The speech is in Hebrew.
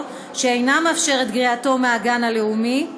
שאינה מאפשרת את גריעתו מהגן הלאומי.